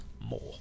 more